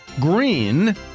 Green